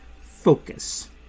focus